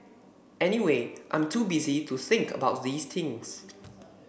anyway I'm too busy to think about these things